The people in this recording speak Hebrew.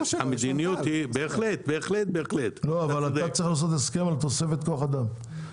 אבל אתה צריך לעשות הסכם על תוספת כוח אדם.